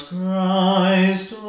Christ